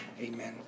Amen